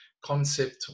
concept